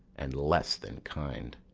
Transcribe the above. and less than kind!